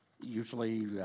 usually